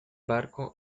barco